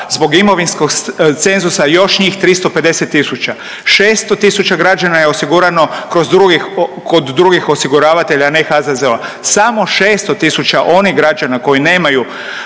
zbog imovinskog cenzusa još njih 350 tisuća. 600 tisuća građana je osigurano kroz drugih, kod drugih osiguravatelja, ne HZZO-a, samo 600 tisuća onih građana koji nemaju